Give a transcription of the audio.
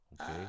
Okay